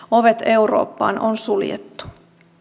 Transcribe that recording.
ovet eurooppaan on suljettu